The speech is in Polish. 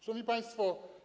Szanowni Państwo!